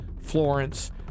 Florence